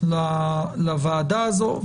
לוועדה הזו.